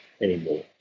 anymore